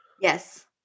Yes